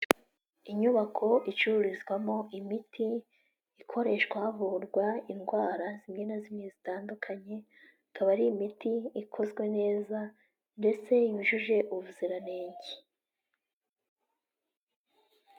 Inyubako icururizwamo imiti ikoreshwa havurwa indwara zimwe na zimwe zitandukanye, ikaba ari imiti ikozwe neza ndetse yujuje ubuziranenge.